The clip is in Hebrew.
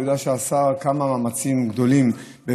אני יודע כמה מאמצים גדולים השר עשה,